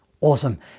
Awesome